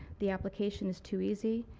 the application is too easy.